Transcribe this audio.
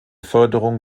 förderung